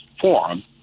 forum